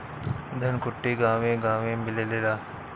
धनकुट्टी गांवे गांवे मिलेला